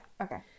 Okay